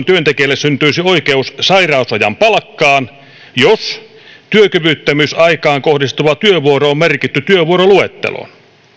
työntekijälle syntyisi oikeus sairausajan palkkaan jos työkyvyttömyysaikaan kohdistuva työvuoro on merkitty työvuoroluetteloon